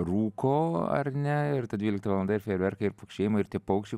rūko ar ne ir ta dvylikta valanda ir fejerverkai ir pokšėjimai ir tie paukščiai